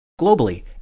Globally